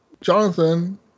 Jonathan